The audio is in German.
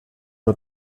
nur